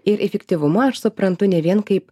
ir efektyvumą aš suprantu ne vien kaip